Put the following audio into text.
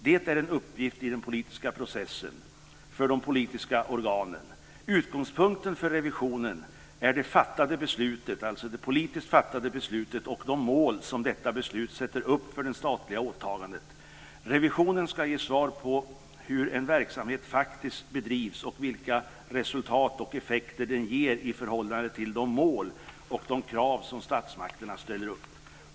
Det är en uppgift i den politiska processen, för de politiska organen. Utgångspunkten för revisionen är det politiskt fattade beslutet och de mål som detta beslut sätter upp för det statliga åtagandet. Revisionen ska ge svar på hur en verksamhet faktiskt bedrivs och vilka resultat och effekter den ger i förhållande till de mål och de krav som statsmakterna ställer upp.